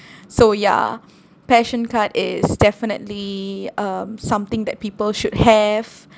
so ya PAssion card is definitely um something that people should have